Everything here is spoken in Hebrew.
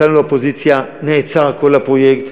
ישבנו באופוזיציה, נעצר כל הפרויקט,